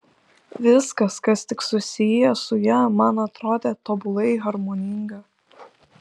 viskas kas tik susiję su ja man atrodė tobulai harmoninga